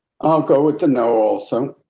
i'll go with the know awesome.